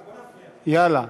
יאללה,